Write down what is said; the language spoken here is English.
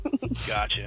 Gotcha